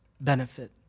benefit